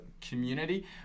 community